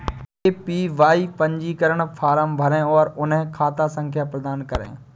APY पंजीकरण form भरें और उन्हें खाता संख्या प्रदान करें